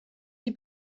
die